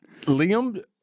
Liam